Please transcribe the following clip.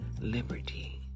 liberty